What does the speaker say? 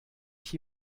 ich